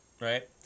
Right